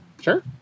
sure